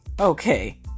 okay